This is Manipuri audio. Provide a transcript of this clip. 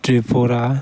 ꯇ꯭ꯔꯤꯄꯨꯔꯥ